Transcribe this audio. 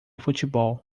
futebol